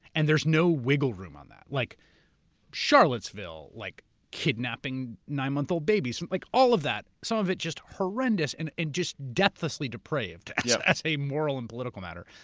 and there's no wiggle room on that, like charlottesville, like kidnapping nine month old babies, like all of that, some of it just horrendous and and just deathlessly depraved yeah as a moral and political matter.